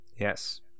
Yes